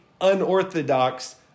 unorthodox